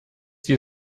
die